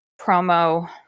promo